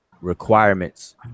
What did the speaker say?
requirements